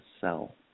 cell